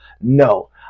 No